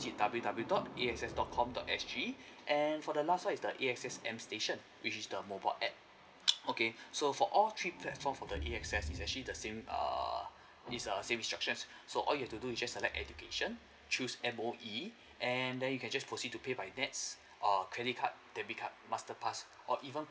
visit W_W dot A_X_S dot com dot S_G and for the last one is the A_X_S M station which is the mobile app okay so for all three platform for the A_X_S is actually the same err is a same instructions so all you have to do you just select education choose M_O_E and then you can just proceed to pay by that err credit card debit card masterpass or even